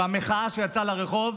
והמחאה שיצאה לרחוב,